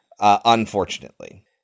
Unfortunately